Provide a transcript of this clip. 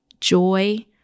joy